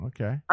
Okay